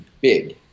big